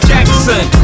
Jackson